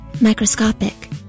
Microscopic